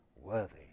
worthy